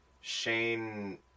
Shane